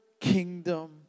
kingdom